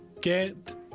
get